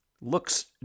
looks